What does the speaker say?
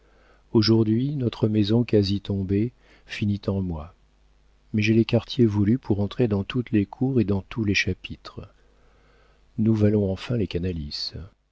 aujourd'hui notre maison quasi tombée finit en moi mais j'ai les quartiers voulus pour entrer dans toutes les cours et dans tous les chapitres nous valons enfin les canalis